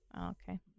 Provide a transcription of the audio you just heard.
Okay